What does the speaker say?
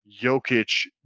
Jokic